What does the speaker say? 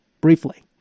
briefly